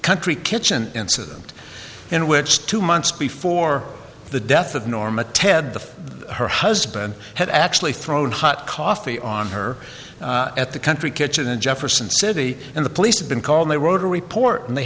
country kitchen incident in which two months before the death of norma ted the her husband had actually thrown hot coffee on her at the country kitchen in jefferson city and the police have been called they wrote a report and they